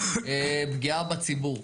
פגיעה בציבור.